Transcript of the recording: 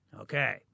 Okay